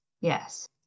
yes